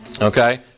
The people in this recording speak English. Okay